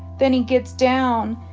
then he gets down.